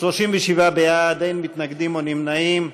37 בעד, אין מתנגדים, אין נמנעים.